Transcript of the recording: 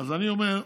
אני אומר,